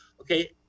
Okay